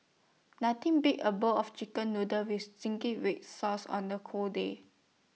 nothing beats A bowl of Chicken Noodles with Zingy Red Sauce on the cold day